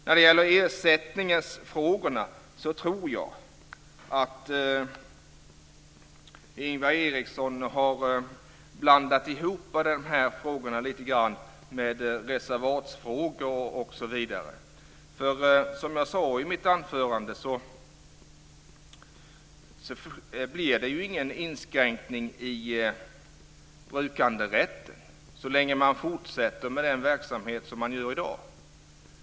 När det gäller ersättningsfrågorna tror jag att Ingvar Eriksson har blandat ihop de här frågorna lite grann med reservatsfrågor osv. Jag sade i mitt anförande att det inte blir någon inskränkning i brukanderätten så länge man fortsätter med den verksamhet som man har i dag.